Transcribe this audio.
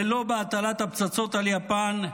ולא בהטלת הפצצות על יפן,